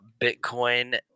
Bitcoin